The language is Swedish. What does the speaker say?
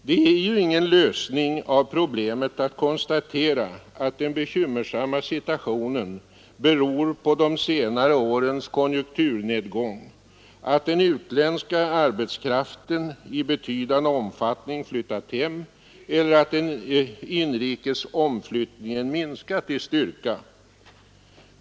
Det är ju ingen lösning av problemet att konstatera att den bekymmersamma situationen beror på de senare årens konjunkturnedgång, att den utländska arbetskraften i betydande omfattning flyttat hem eller att den inrikes omflyttningen minskat i styrka.